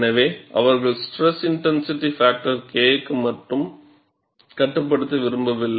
எனவே அவர்கள் stress intensity factor K க்கு மட்டும் கட்டுப்படுத்த விரும்பவில்லை